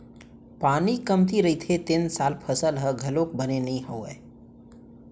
पानी कमती रहिथे तेन साल फसल ह घलोक बने नइ होवय